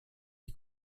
die